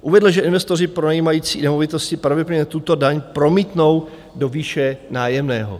Uvedl, že investoři pronajímající nemovitosti pravidelně tuto daň promítnou do výše nájemného.